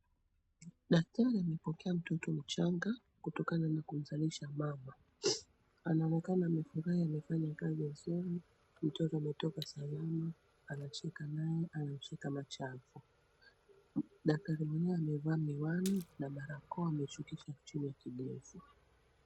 Daktari amepokea mtoto mchanga kutokana na kumzalisha mama, ameonekana amefurahi amefanya kazi nzuri mtoto ametoka salama anacheka nae anamshika mashavu. Daktari mwenye amevaa miwani na barakoa ameishukisha chini ya kidevu.